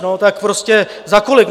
No tak prostě za kolik?